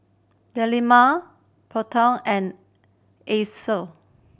Delima Putra and Alyssa